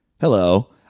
Hello